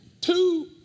two